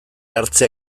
hartzea